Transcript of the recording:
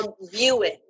viewing